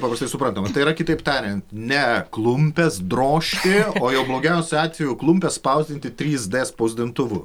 paprastai supratama tai yra kitaip tariant ne klumpes drožti o jau blogiausiu atveju klumpes spausdinti trys d spausdintuvu